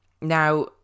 Now